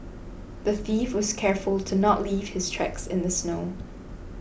the thief was careful to not leave his tracks in the snow